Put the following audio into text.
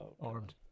armed